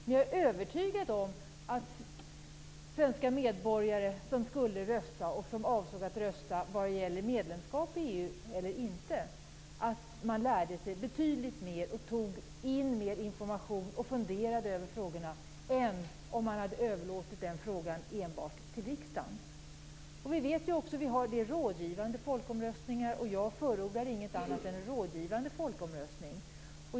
Men jag är övertygad om att svenska medborgare som skulle rösta, eller avsåg att rösta, vad gällde medlemskap i EU eller inte lärde sig betydligt mer, och tog in mer information och funderade över frågorna, än om de hade överlåtit den frågan enbart till riksdagen. Vi har rådgivande folkomröstningar. Jag förordar inget annat än en rådgivande folkomröstning.